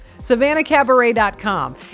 SavannahCabaret.com